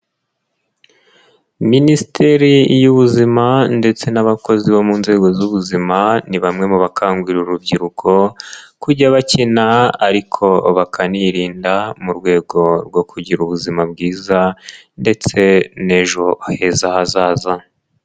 Minisiteri y'Ubuzima ndetse n'abakozi bo mu nzego z'ubuzima ni bamwe mu bakangurira urubyiruko kujya bakina ariko bakanirinda mu rwego rwo kugira ubuzima bwiza ndetse n'ejo heza hazaza.